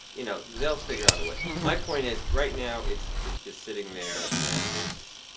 you know, they'll figure out a way. my point is right now it's it's just sitting there and it's